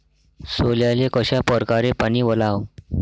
सोल्याले कशा परकारे पानी वलाव?